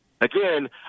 Again